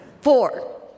four